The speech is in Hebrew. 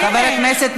הסופרנוס.